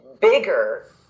bigger